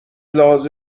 لحاظ